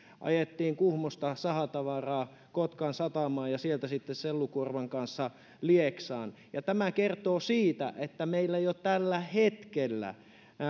ajettiin kuhmosta sahatavaraa kotkan satamaan ja sieltä sitten sellukuorman kanssa lieksaan tämä kertoo siitä että meillä jo tällä hetkellä